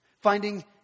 Finding